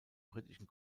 britischen